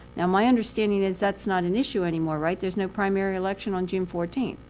now my understanding is that's not an issue anymore, right? there's no primary election on june fourteenth.